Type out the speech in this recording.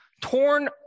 torn